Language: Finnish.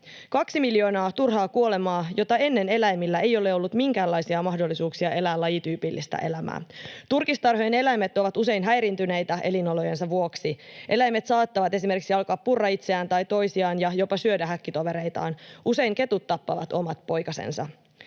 Kaksi miljoonaa turhaa kuolemaa, jota ennen eläimillä ei ole ollut minkäänlaisia mahdollisuuksia elää lajityypillistä elämää. Turkistarhojen eläimet ovat usein häiriintyneitä elinolojensa vuoksi. Eläimet saattavat esimerkiksi alkaa purra itseään tai toisiaan ja jopa syödä häkkitovereitaan. Usein ketut tappavat omat poikasensa.